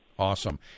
Awesome